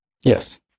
Yes